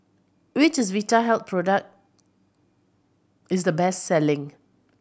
which Vitahealth product is the best selling